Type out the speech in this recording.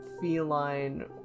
feline